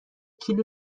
کیلو